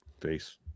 face